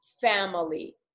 family